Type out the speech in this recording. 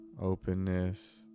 openness